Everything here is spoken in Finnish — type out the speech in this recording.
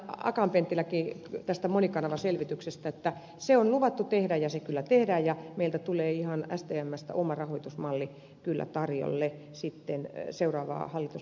akaan penttiläkin mainitsi tästä monikanavaselvityksestä että se on luvattu tehdä ja se kyllä tehdään ja meiltä stmstä tulee ihan oma rahoitusmalli kyllä tarjolle seuraavia hallitusneuvotteluja varten